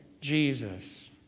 Jesus